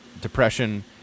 depression